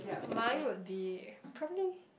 mine would be probably